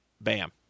bam